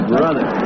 brother